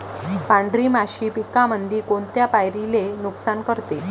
पांढरी माशी पिकामंदी कोनत्या पायरीले नुकसान करते?